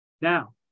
Now